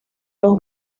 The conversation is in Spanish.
los